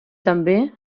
també